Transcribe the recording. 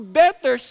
better